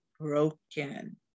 broken